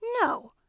No